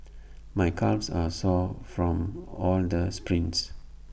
my calves are sore from all the sprints